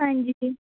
ਹਾਂਜੀ ਜੀ